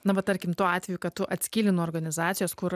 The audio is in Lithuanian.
na va tarkim tuo atveju kad tu atskyli nuo organizacijos kur